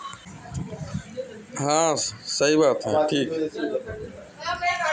भेड़ बकरी भी घास फूस के चरे में काम करेलन